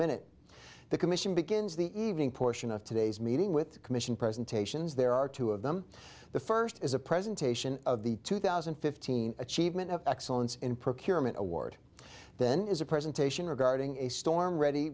minute the commission begins the evening portion of today's meeting with the commission presentations there are two of them the first is a presentation of the two thousand and fifteen achievement of excellence in procurement award then is a presentation regarding a storm ready